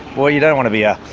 well, you don't want to be a